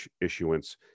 issuance